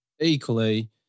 Equally